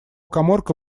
каморка